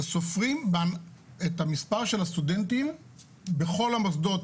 סופרים את המספר של הסטודנטים בכל המוסדות